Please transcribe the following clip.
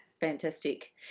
fantastic